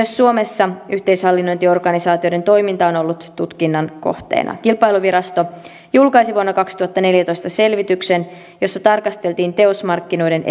suomessa yhteishallinnointiorganisaatioiden toiminta on ollut tutkinnan kohteena kilpailuvirasto julkaisi vuonna kaksituhattaneljätoista selvityksen jossa tarkasteltiin teosmarkkinoiden